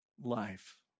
life